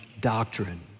doctrine